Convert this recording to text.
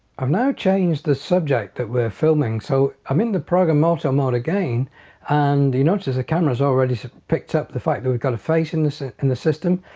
i've now changed the subject that we're filming so i'm in the program auto mode again and you notice the cameras already picked up the fact that we've got a face in this in and the system.